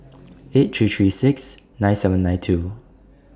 eight three three six nine seven nine two